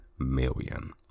million